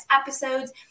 episodes